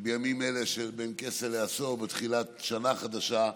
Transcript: שבימים האלה של בין כסה לעשור, בתחילת שנה חדשה,